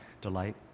delight